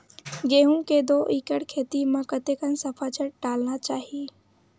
गेहूं के दू एकड़ खेती म कतेकन सफाचट डालना चाहि?